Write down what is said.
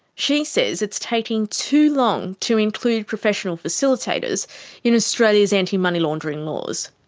she says it's taking too long to include professional facilitators in australia's anti-money laundering laws.